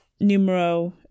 Numero